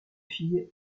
fille